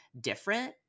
different